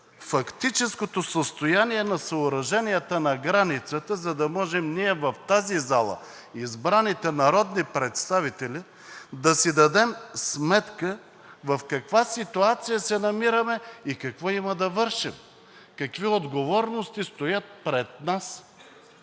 фактическото състояние на съоръженията на границата, за да можем ние в тази зала, избраните народни представители, да си дадем сметка в каква ситуация се намираме и какво има да вършим, какви отговорности стоят пред нас,